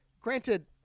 granted